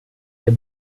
der